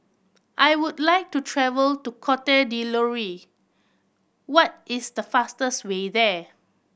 I would like to travel to Cote D'Ivoire what is the fastest way there